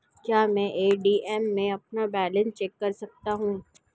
क्या मैं ए.टी.एम में अपना बैलेंस चेक कर सकता हूँ?